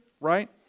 right